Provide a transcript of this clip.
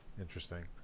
interesting